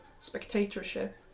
spectatorship